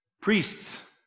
Priests